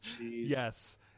yes